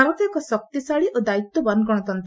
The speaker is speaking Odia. ଭାରତ ଏକ ଶକ୍ତିଶାଳୀ ଓ ଦାୟିତ୍ୱବାନ ଗଣତନ୍ତ